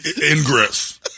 ingress